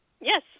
Yes